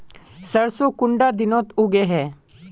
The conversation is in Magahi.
सरसों कुंडा दिनोत उगैहे?